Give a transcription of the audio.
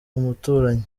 umuturanyi